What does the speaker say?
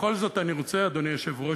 בכל זאת אני רוצה, אדוני היושב-ראש,